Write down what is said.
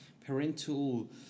parental